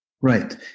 Right